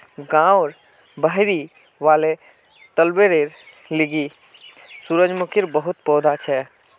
गांउर बहिरी वाले तलबेर ली सूरजमुखीर बहुत पौधा छ